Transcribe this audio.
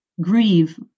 grieve